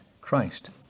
Christ